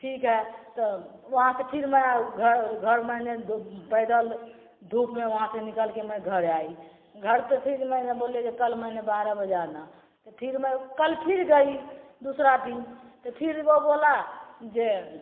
ठीक है तब वहाँ से फिर मैं घर घर मैंने पैदल धूप में वहाँ से निकल के मैं घर आई घरपर फिर मैंने बोले जो कल मैंने बारह बजे आना फिर मैं कल फिर गई दूसरा दिन तो फिर वो बोला जे